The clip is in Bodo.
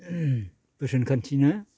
बोसोन खान्थिना